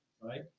right